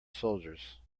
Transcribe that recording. soldiers